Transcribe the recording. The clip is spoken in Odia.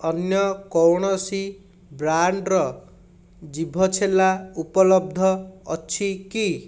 ଅନ୍ୟ କୌଣସି ବ୍ରାଣ୍ଡ୍ର ଜିଭ ଛେଲା ଉପଲବ୍ଧ ଅଛି କି